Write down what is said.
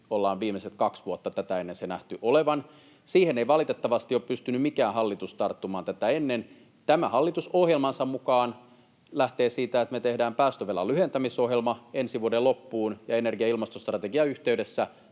ollaan viimeiset kaksi vuotta tätä ennen sen nähty olevan. Siihen ei valitettavasti ole pystynyt mikään hallitus tarttumaan tätä ennen. Tämä hallitus ohjelmansa mukaan lähtee siitä, että me tehdään päästövelan lyhentämisohjelma ensi vuoden loppuun ja energia‑ ja ilmastostrategian yhteydessä